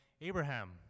Abraham